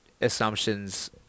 assumptions